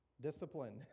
discipline